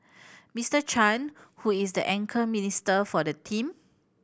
Mister Chan who is the anchor minister for the team